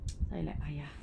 I like !aiya!